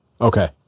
Okay